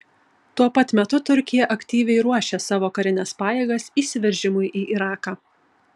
tuo pat metu turkija aktyviai ruošia savo karines pajėgas įsiveržimui į iraką